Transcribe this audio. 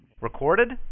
Recorded